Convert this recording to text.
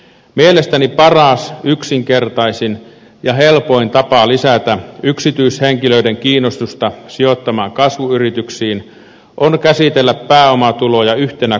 mielestäni paras yksinkertaisin ja helpoin tapa lisätä yksityishenkilöiden kiinnostusta sijoittaa kasvuyrityksiin on käsitellä pääomatuloja yhtenä kokonaisuutena